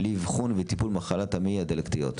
לאבחון וטיפול מחלות המעי הדלקתיות.